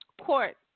court